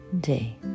day